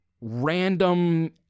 random